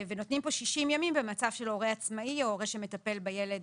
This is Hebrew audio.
נותנים פה 60 ימים במצב של הורה עצמאי או הורה שמטפל בילד